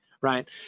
right